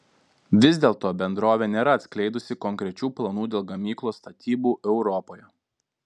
vis dėlto bendrovė nėra atskleidusi konkrečių planų dėl gamyklos statybų europoje